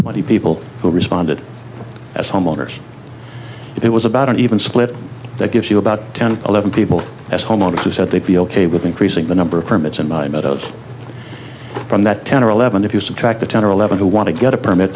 twenty people who responded as homeowners it was about an even split that gives you about ten or eleven people as homeowners who said they'd be ok with increasing the number of permits and meadows from that ten or eleven if you subtract the ten or eleven who want to get a permit